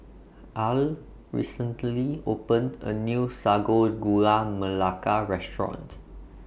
Al recently opened A New Sago Gula Melaka Restaurant